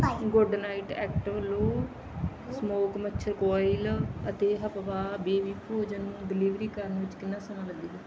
Good Knight active low smoke ਮੱਛਰ coil ਅਤੇ ਹਪਪਆ ਬੇਬੀ ਭੋਜਨ ਨੂੰ ਡਿਲੀਵਰ ਕਰਨ ਵਿੱਚ ਕਿੰਨਾ ਸਮਾਂ ਲੱਗੇਗਾ